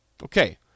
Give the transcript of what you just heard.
Okay